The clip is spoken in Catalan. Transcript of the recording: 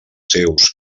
seus